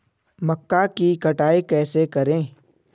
मक्का की कटाई कैसे करें?